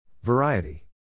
Variety